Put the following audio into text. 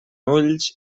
ulls